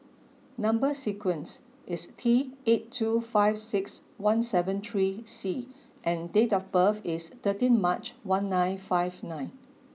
number sequence is T eight two five six one seven three C and date of birth is thirteen March one nine five nine